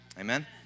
Amen